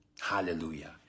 Hallelujah